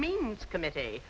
means committee